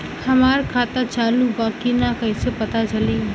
हमार खाता चालू बा कि ना कैसे पता चली?